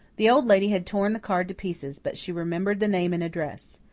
the old lady had torn the card to pieces but she remembered the name and address.